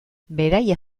beraiek